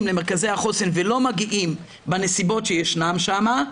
למרכזי החוסן ולא מגיעים בנסיבות שישנן שם,